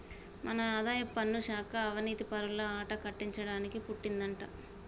మన ఆదాయపన్ను శాఖ అవనీతిపరుల ఆట కట్టించడానికి పుట్టిందంటా